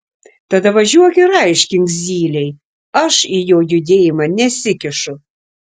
tada važiuok ir aiškink zylei aš į jo judėjimą nesikišu